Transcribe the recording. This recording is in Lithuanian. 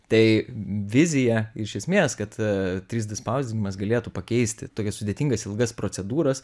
tai vizija iš esmės kad trys d spausdinimas galėtų pakeisti tokias sudėtingas ilgas procedūras